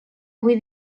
avui